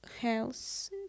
health